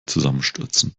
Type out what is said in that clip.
zusammenstürzen